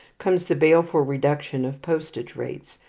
comes the baleful reduction of postage rates,